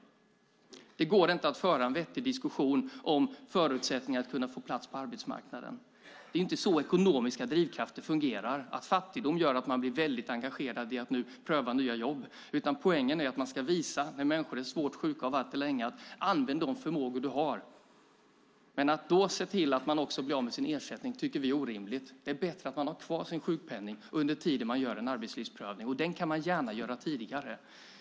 Det går inte att föra en vettig diskussion om förutsättningar att kunna få plats på arbetsmarknaden. Det är inte så ekonomiska drivkrafter fungerar, att fattigdom gör att människor blir väldigt engagerade i att pröva nya jobb. Poängen är att man när människor varit svårt sjuka länge ska visa: Använd de förmågor du har. Att då se till att människor blir av med sin ersättning tycker vi är orimligt. Det är bättre att de har kvar sin sjukpenning under tiden man gör en arbetslivsprövning. Den kan man gärna göra tidigare.